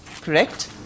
correct